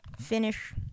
finish